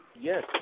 Yes